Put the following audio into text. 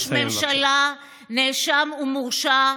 שראש ממשלה, נאשם ומורשע,